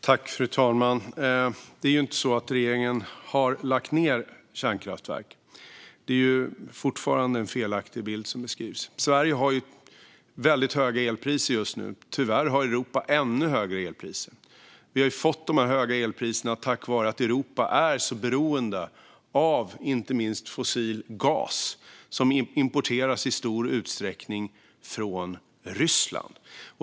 Fru talman! Det är ju inte så att regeringen har lagt ned kärnkraftverk. Det är fortfarande en felaktig bild som beskrivs. Sverige har väldigt höga elpriser just nu. Tyvärr har Europa ännu högre elpriser. Vi har fått dessa höga elpriser på grund av att Europa är beroende av fossila bränslen, inte minst fossil gas som importeras i stor utsträckning från Ryssland.